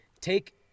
take